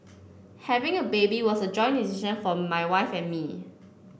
having a baby was a joint decision for my wife and me